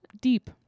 deep